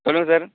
சொல்லுங்கள் சார்